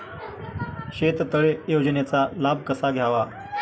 शेततळे योजनेचा लाभ कसा घ्यावा?